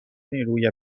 نیروی